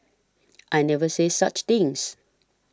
I never said such things